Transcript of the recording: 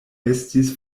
estis